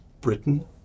Britain